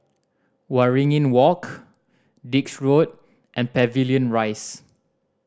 Waringin Walk Dix Road and Pavilion Rise